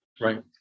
Right